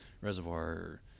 reservoir